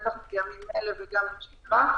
בטח בימים אלה וגם בשגרה,